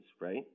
right